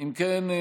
אם כן,